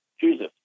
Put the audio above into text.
Jesus